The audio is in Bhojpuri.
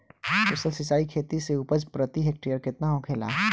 कुशल सिंचाई खेती से उपज प्रति हेक्टेयर केतना होखेला?